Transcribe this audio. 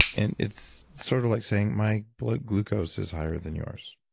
and it's sort of like saying my blood glucose is higher than yours.